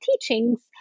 teachings